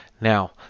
Now